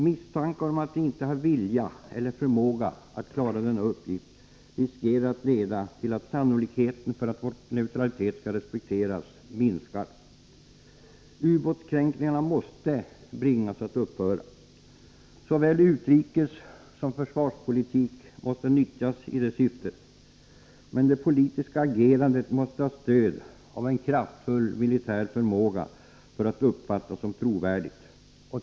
Misstankar om att vi inte har vilja eller förmåga att klara denna uppgift riskerar att leda till att sannolikheten för att vår neutralitet skall respekteras minskar. Ubåtskränkningarna måste bringas att upphöra. Såväl utrikessom försvarspolitik måste nyttjas i detta syfte. Men det politiska agerandet måste ha stöd av en kraftfull militär förmåga för att uppfattas som trovärdigt.